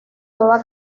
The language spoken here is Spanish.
toda